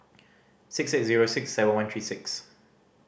six eight zero six seven one three six